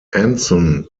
anson